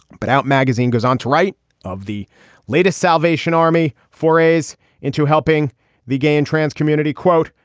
but out magazine goes on to write of the latest salvation army. forays into helping the gay and trans community, quote,